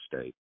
state